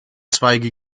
zweige